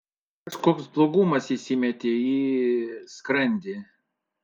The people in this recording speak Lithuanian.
kažkoks blogumas įsimetė į skrandį